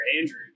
Andrew